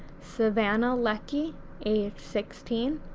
savannah leckie age sixteen,